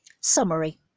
Summary